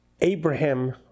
Abraham